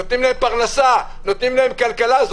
נותנים להם פרנסה וכלכלה.